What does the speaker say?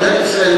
מדינת ישראל,